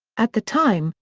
at the time,